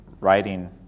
writing